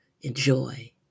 enjoy